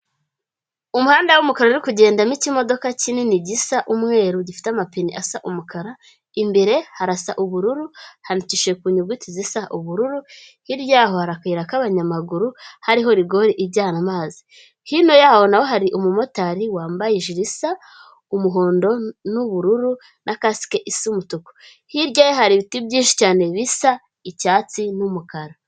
Umuhanda w'umukara urikugendamo ikimodoka kinini gisa umweru, gifite amapine asa umukara. Imbere harasa ubururu, handikishije ku nyuguti zisa ubururu, hirya yaho hari akayira k'abanyamaguru, hariho rigore ijyana amazi. Hino yaho na ho hari umumotari wambaye ijiri isa umuhondo n'ubururu, na kasike isa umutuku. Hirya ye hari ibiti byinshi cyane bisa icyatsi n'umukara.